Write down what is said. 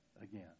again